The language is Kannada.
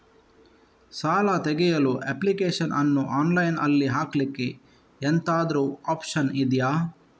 ಸಾಲ ತೆಗಿಯಲು ಅಪ್ಲಿಕೇಶನ್ ಅನ್ನು ಆನ್ಲೈನ್ ಅಲ್ಲಿ ಹಾಕ್ಲಿಕ್ಕೆ ಎಂತಾದ್ರೂ ಒಪ್ಶನ್ ಇದ್ಯಾ?